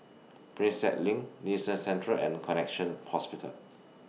Prinsep LINK Nee Soon Central and Connexion Hospital